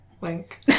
Wink